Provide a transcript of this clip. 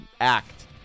act